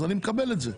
אני מקבל את זה,